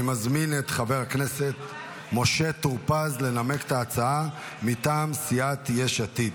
אני מזמין את חבר הכנסת משה טור פז לנמק את ההצעה מטעם סיעת יש עתיד.